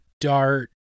dart